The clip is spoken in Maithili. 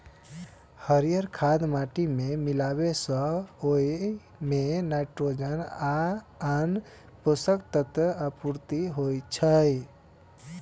हरियर खाद माटि मे मिलाबै सं ओइ मे नाइट्रोजन आ आन पोषक तत्वक आपूर्ति होइ छै